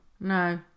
No